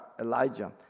Elijah